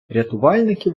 рятувальники